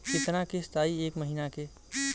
कितना किस्त आई एक महीना के?